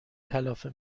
کلافه